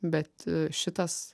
bet šitas